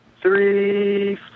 Three